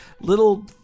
little